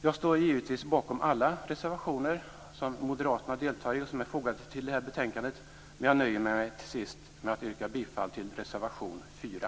Jag står givetvis bakom alla reservationer som moderaterna deltar i och som är fogade till betänkandet, men jag nöjer mig till sist med att yrka bifall till reservation 4.